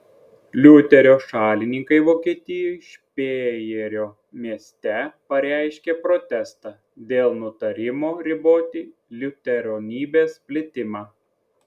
liuterio šalininkai vokietijos špėjerio mieste pareiškė protestą dėl nutarimo riboti liuteronybės plitimą